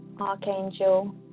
Archangel